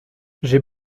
j’ai